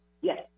Yes